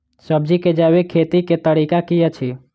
सब्जी केँ जैविक खेती कऽ तरीका की अछि?